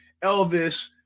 Elvis